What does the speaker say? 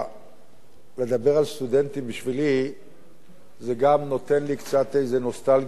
לדבר על סטודנטים בשבילי זה גם נותן לי קצת איזו נוסטלגיה.